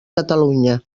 catalunya